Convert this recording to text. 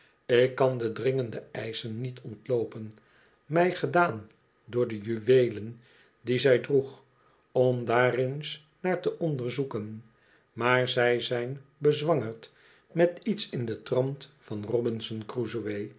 ik kan de dringende eischen niet ontloopen mij gedaan door de juweelen die zij droeg om daar eens naar te onderzoeken maar zij zijn bezwangerd met iets in den trant van robinson